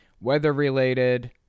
Weather-related